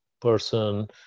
Person